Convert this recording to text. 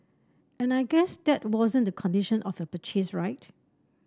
and I guess that wasn't the condition of your purchase right